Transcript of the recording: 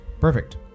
Perfect